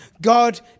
God